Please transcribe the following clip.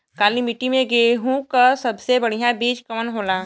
काली मिट्टी में गेहूँक सबसे बढ़िया बीज कवन होला?